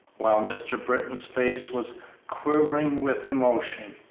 while mr. britton's face was quivering with emotion.